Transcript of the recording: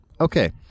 Okay